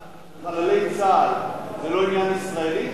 צה"ל וחללי צה"ל זה לא עניין ישראלי?